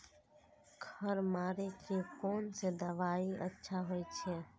खर मारे के कोन से दवाई अच्छा होय छे?